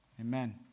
Amen